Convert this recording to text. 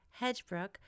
Hedgebrook